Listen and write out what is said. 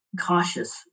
cautious